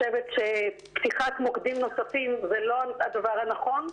פתיחת מוקדים נוספים זה לא הדבר הנכון.